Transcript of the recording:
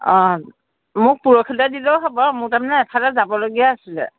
অঁ মোক পৰহিলৈ দিলেও হ'ব মোৰ তাৰমানে এফালে যাবলগীয়া আছিল